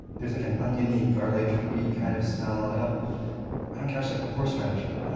there's like an onion-y, garlic-y kind of smell. i don't i don't catch like the horseradish but